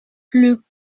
plus